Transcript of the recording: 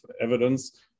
evidence